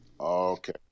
Okay